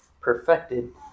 perfected